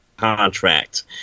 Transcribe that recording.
contract